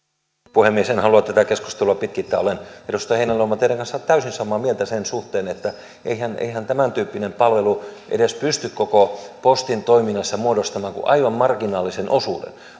puhemies en halua tätä keskustelua pitkittää olen edustaja heinäluoma teidän kanssanne täysin samaa mieltä sen suhteen että eihän tämäntyyppinen palvelu edes pysty koko postin toiminnassa muodostamaan kuin aivan marginaalisen osuuden